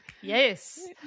Yes